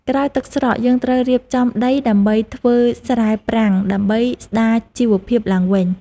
ក្រោយទឹកស្រក យើងត្រូវរៀបចំដីដើម្បីធ្វើស្រែប្រាំងដើម្បីស្តារជីវភាពឡើងវិញ។